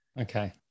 Okay